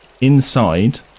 inside